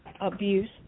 abuse